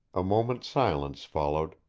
a moment's silence followed,